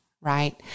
right